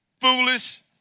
foolish